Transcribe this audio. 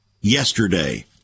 Yesterday